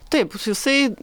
taip jisai